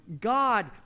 God